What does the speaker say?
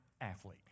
athlete